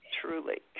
truly